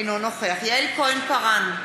אינו נוכח יעל כהן-פארן,